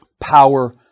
Power